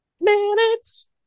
minutes